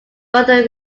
further